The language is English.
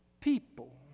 people